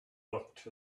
looked